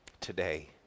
today